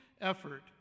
effort